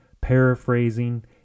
paraphrasing